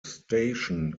station